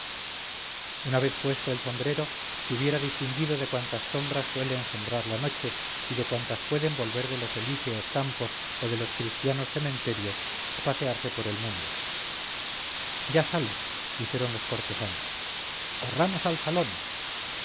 una vez puesto el sombrero se hubiera distinguido de cuantas sombras suele engendrar la noche y de cuantas pueden volver de los elíseos campos o de los cristianos cementerios a pasearse por el mundo ya sale dijeron los cortesanos corramos al salón